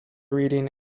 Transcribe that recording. reading